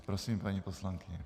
Prosím, paní poslankyně.